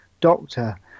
Doctor